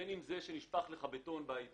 בין אם נשפך לך בטון ביציקה,